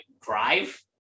drive